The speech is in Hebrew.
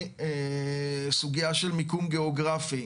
סוגיה של מיקום גאוגרפי,